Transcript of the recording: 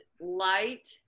light